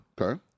okay